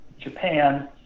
Japan